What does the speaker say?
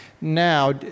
now